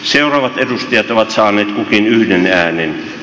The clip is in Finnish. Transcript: seuraavat edustajat ovat saaneet kukin yhden äänen